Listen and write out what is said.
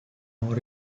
more